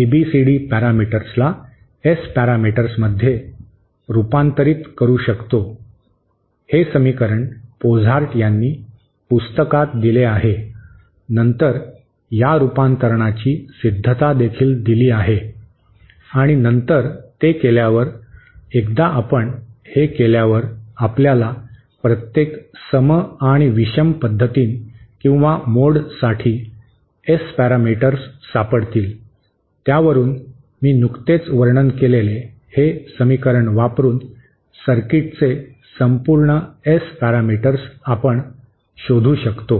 ABCD पॅरामीटर्सला S पॅरामीटर्समध्ये रुपांतरित करू शकतो हे समीकरण पोझार्ट यांनी पुस्तकात दिले आहे नंतर या रूपांतरणाची सिद्धता देखील दिली आहे आणि नंतर ते केल्यावर एकदा आपण हे केल्यावर आपल्याला प्रत्येक सम आणि विषम पद्धतीं किंवा मोडसाठी एस पॅरामीटर्स सापडतील त्यावरून मी नुकतेच वर्णन केलेले हे समीकरण वापरुन सर्किटचे संपूर्ण एस पॅरामीटर्स आपण शोधू शकतो